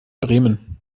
bremen